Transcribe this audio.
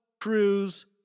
Cruise